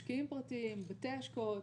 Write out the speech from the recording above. משקיעים פרטיים, בתי השקעות.